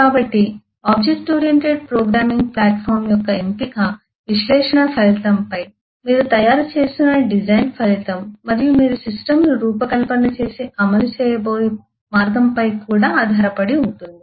కాబట్టి object oriented programming platform యొక్క ఎంపిక విశ్లేషణ ఫలితంపై మీరు తయారుచేస్తున్న డిజైన్ ఫలితం మరియు మీరు సిస్టమ్ను రూపకల్పన చేసి అమలు చేయబోయే మార్గంపై కూడా ఆధారపడి ఉంటుంది